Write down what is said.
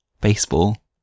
baseball